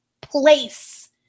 place